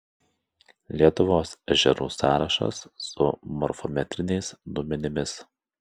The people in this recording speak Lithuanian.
lietuvos ežerų sąrašas su morfometriniais duomenimis